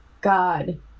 God